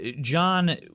John